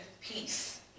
peace